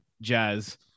jazz